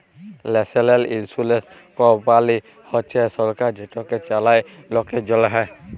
national insurance company হছে সরকার যেটকে চালায় লকের জ্যনহে